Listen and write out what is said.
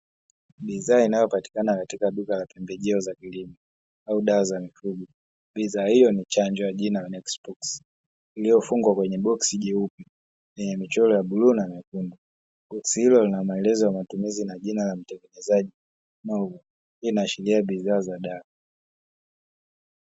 Bidhaa inayopatikana katika duka la pembejeo za kilimo au dawa za mifugo, bidhaa hiyo ni chanjo kwa jina la "Nexipox" iliyofungwa kwenye boksi leupe lenye mchora wa bluu na nyekundu. Boksi hilo lina maelezo ya matumizi na jina la mtengenezaji maalumu, hii inaashiria bidhaa za dawa.